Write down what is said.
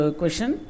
question